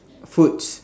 foods